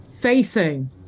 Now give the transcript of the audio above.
facing